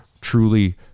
truly